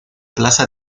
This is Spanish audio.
plaza